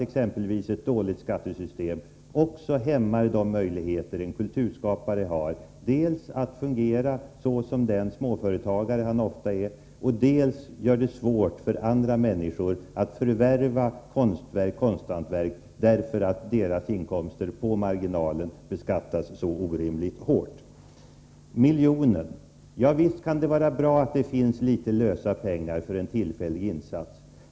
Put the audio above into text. Ett dåligt skattesystem dels hämmar de möjligheter som en kulturskapare har att fungera såsom den småföretagare han ofta är, dels gör det svårt för andra människor att förvärva konsthantverk, eftersom deras inkomster på marginalen beskattas så orimligt hårt. Beträffande miljonen vill jag säga att det visst kan vara bra att det finns litet lösa pengar för en tillfällig insats.